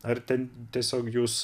ar ten tiesiog jūs